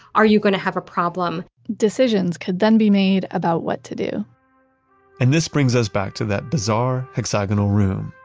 are you going to have a problem? decisions could then be made about what to do and this brings us back to that bizarre hexagonal room,